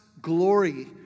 glory